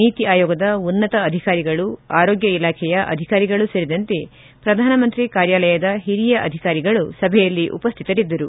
ನೀತಿ ಆಯೋಗದ ಉನ್ನತ ಅಧಿಕಾರಿಗಳು ಆರೋಗ್ಯ ಇಲಾಖೆಯ ಅಧಿಕಾರಿಗಳು ಸೇರಿದಂತೆ ಪ್ರಧಾನ ಮಂತ್ರಿ ಕಾರ್ಯಾಲಯದ ಹಿರಿಯ ಅಧಿಕಾರಿಗಳು ಉಪಸ್ಥಿತರಿದ್ದರು